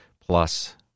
plus